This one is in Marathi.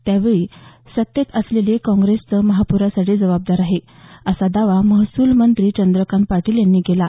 त्यावेळी सत्तेवर असलेली काँग्रेसचं या महापुरासाठी जबाबदार आहे असा दावा महसूलमंत्री चंद्रकांत पाटील यांनी केला